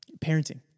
parenting